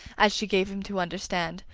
as she gave him to understand,